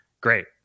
great